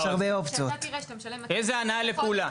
איזה הנעה לפעולה?